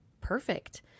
perfect